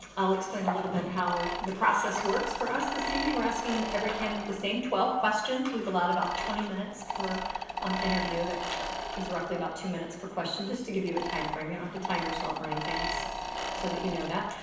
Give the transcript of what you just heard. i'll explain a little bit how the process works for us this evening. we're asking every candidate the same twelve questions. we've allowed about twenty minutes per um interview, that is roughly about two minutes per question, just to give you a time frame. you don't have to time yourself or anything, just so that you know that.